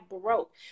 broke